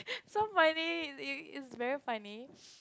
so funny is is is very funny